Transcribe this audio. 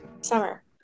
Summer